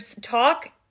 talk